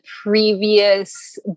previous